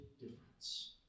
difference